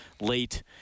late